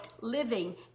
living